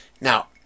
Now